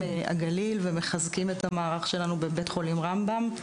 הגליל ומחזקים את המערך שלנו בבית חולים רמב"ם.